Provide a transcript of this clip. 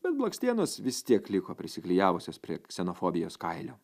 bet blakstienos vis tiek liko prisiklijavusios prie ksenofobijos kailio